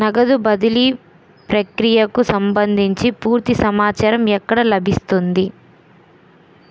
నగదు బదిలీ ప్రక్రియకు సంభందించి పూర్తి సమాచారం ఎక్కడ లభిస్తుంది?